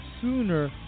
sooner